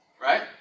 right